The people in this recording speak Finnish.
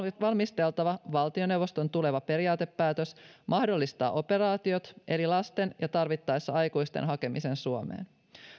valmisteltava valtioneuvoston tuleva periaatepäätös mahdollistaa operaatiot eli lasten ja tarvittaessa aikuisten hakemisen suomeen